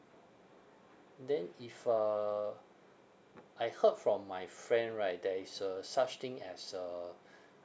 then if uh I heard from my friend right there is a such thing as a